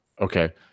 Okay